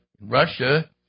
Russia